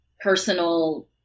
personal